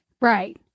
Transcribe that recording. Right